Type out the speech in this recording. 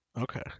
Okay